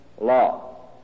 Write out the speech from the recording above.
law